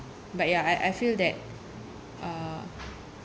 but ya I I feel that uh